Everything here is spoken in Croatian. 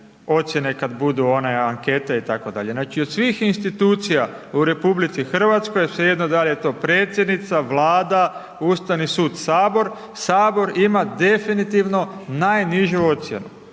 ocijene kad bubu one ankete itd. Znači, od svih institucija u RH svejedno dal je to predsjednica, Vlada, Ustavni sud, HS, HS ima definitivno najnižu ocjenu,